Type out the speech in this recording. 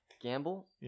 gamble